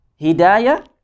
hidayah